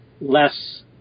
less